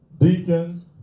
deacons